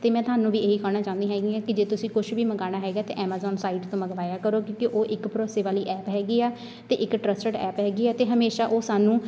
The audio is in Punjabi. ਅਤੇ ਮੈਂ ਤੁਹਾਨੂੰ ਵੀ ਇਹੀ ਕਹਿਣਾ ਚਾਹੁੰਦੀ ਹੈਗੀ ਹਾਂ ਕਿ ਜੇ ਤੁਸੀਂ ਕੁਛ ਵੀ ਮੰਗਵਾਉਣਾ ਹੈਗਾ ਅਤੇ ਐਮਾਜ਼ੋਨ ਸਾਈਟ ਤੋਂ ਮੰਗਵਾਇਆ ਕਰੋ ਕਿਉਂਕਿ ਉਹ ਇੱਕ ਭਰੋਸੇ ਵਾਲੀ ਐਪ ਹੈਗੀ ਆ ਅਤੇ ਇੱਕ ਟਰੱਸਟਡ ਐਪ ਹੈਗੀ ਹੈ ਅਤੇ ਹਮੇਸ਼ਾਂ ਉਹ ਸਾਨੂੰ